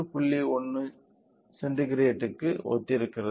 10 சென்டிகிரேடுக்கு ஒத்திருக்கிறது